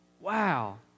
Wow